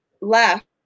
left